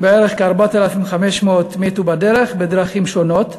נספו בערך 4,500, מתו בדרך בדרכים שונות.